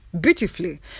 beautifully